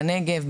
בנגב,